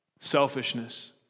Selfishness